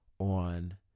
on